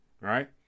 Right